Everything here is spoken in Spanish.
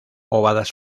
ovadas